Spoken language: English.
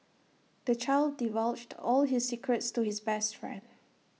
the child divulged all his secrets to his best friend